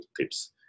tips